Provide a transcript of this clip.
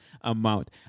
amount